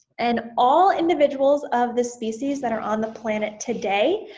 and all individuals of the species that are on the planet today,